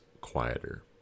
quieter